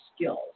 skills